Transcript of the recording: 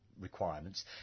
requirements